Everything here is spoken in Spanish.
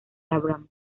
abrams